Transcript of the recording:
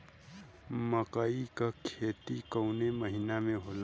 मकई क खेती कवने महीना में होला?